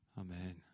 Amen